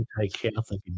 anti-Catholic